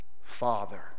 Father